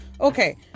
Okay